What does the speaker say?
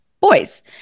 boys